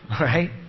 Right